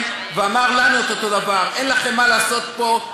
ואמר לנו את אותו דבר: אין לכם מה לעשות פה,